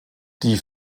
die